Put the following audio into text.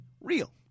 real